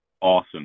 Awesome